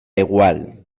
igual